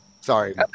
Sorry